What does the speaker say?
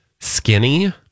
skinny